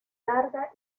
larga